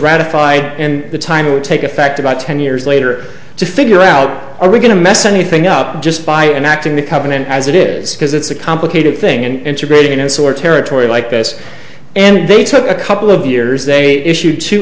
ratified and the time it would take effect about ten years later to figure out are we going to mess anything up just by enacting the covenant as it is because it's a complicated thing and integrating a sort territory like this and they took a couple of years they issued two